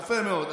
יפה מאוד.